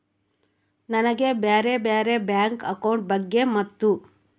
ನನಗೆ ಬ್ಯಾರೆ ಬ್ಯಾರೆ ಬ್ಯಾಂಕ್ ಅಕೌಂಟ್ ಬಗ್ಗೆ ಮತ್ತು?